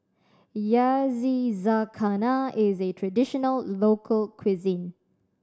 yakizakana is a traditional local cuisine